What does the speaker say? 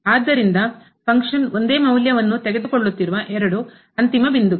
ಆದ್ದರಿಂದ ಫಂಕ್ಷನ್ ಒಂದೇ ಮೌಲ್ಯವನ್ನು ತೆಗೆದುಕೊಳ್ಳುತ್ತಿರುವ ಎರಡು ಅಂತಿಮ ಬಿಂದುಗಳು